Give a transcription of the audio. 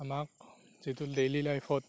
আমাক যিটো ডেইলী লাইফত